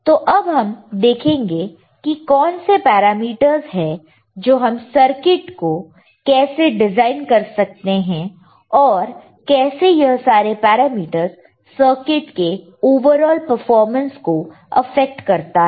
तो अब हम देखेंगे कि कौन से पैरामीटर्स है और हम सर्किट को कैसे डिजाइन कर सकते हैं और कैसे यह सारे पैरामीटर्स सर्किट के ओवरऑल परफॉर्मेंस को अफेक्ट करता है